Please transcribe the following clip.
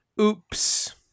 Oops